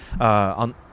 on